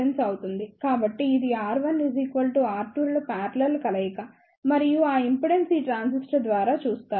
కాబట్టి ఇది R1 మరియు R2 ల పారలెల్ కలయిక మరియు ఆ ఇంపిడెన్స్ ఈ ట్రాన్సిస్టర్ ద్వారా చూస్తారు